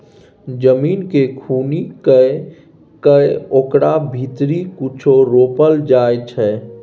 जमीन केँ खुनि कए कय ओकरा भीतरी कुछो रोपल जाइ छै